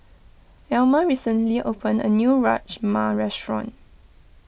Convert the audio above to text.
Elmer recently opened a new Rajma restaurant